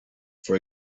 for